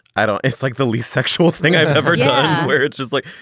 i don't it's like the least sexual thing i've ever done where it's just like,